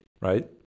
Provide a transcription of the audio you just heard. right